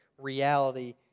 reality